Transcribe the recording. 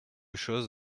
chose